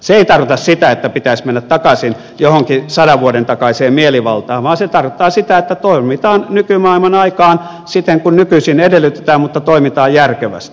se ei tarkoita sitä että pitäisi mennä takaisin johonkin sadan vuoden takaiseen mielivaltaan vaan se tarkoittaa sitä että toimitaan nykymaailman aikaan siten kuin nykyisin edellytetään mutta toimitaan järkevästi